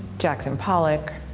jackson pollock,